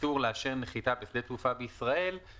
איסור לאשר נחיתה בשדה תעופה בישראל,